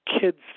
Kids